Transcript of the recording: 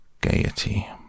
Gaiety